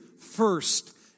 first